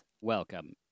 welcome